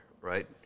right